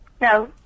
No